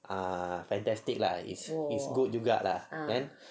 uh fantastic lah it's good juga lah kan